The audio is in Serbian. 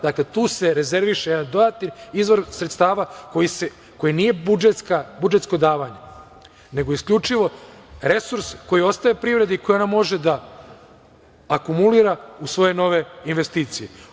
Dakle, tu se rezerviše jedan dodatni izvor sredstava koji nije budžetsko davanje, nego isključivo resurs koji ostaje privredi koji ona može da akumulira u svoje nove investicije.